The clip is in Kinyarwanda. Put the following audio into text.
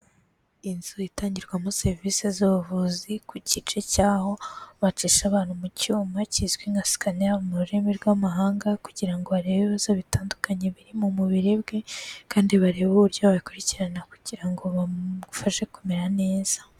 Inzu itangirwamo serivise z'ubuvuzi, ku gice cyaho bacisha abantu mu cyuma, kizwi nka sikaneri mu rurimi rw'amahanga kugira ngo barebe ibibazo bitandukanye biri mu mubiri we kandi barebe uburyo babikurikirana kugira ngo bamufashe kumera neza.